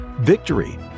victory